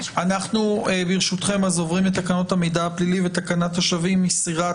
אנחנו חוזרים לתקנות המידע הפלילי ותקנת השבים (מסירת